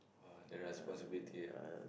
!wah! the responsibility ah